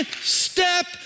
step